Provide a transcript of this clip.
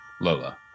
Lola